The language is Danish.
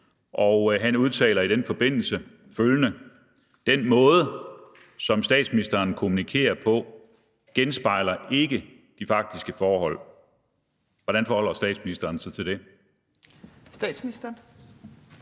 og han udtaler i den forbindelse følgende: »Den måde, som statsministeren kommunikerer på, genspejler ikke de faktiske forhold«. Hvordan forholder statsministeren sig til det?